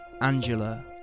Angela